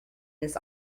this